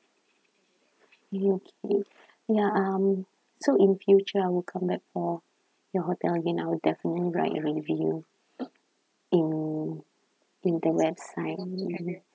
okay ya um so in future I will come back for your hotel again I will definitely write a review in in the website